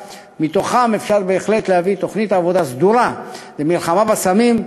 אפשר בהחלט להביא תוכנית עבודה סדורה למלחמה בסמים,